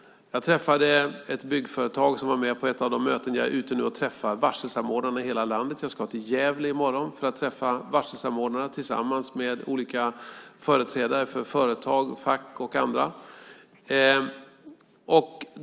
Jag är ute nu och träffar varselsamordnarna i hela landet. Jag ska till Gävle i morgon för att träffa varselsamordnarna tillsammans med olika företrädare för företag, fack och andra.